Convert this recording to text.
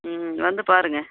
ம் வந்து பாருங்கள்